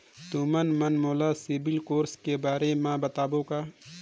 तुमन मन मोला सीबिल स्कोर के बारे म बताबो का?